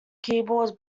keyboards